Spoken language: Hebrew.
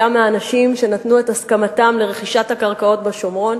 מהאנשים שנתנו את הסכמתם לרכישת הקרקעות בשומרון.